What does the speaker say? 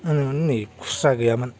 आंनाव माने नै खुस्रा गैयामोन